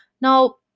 Now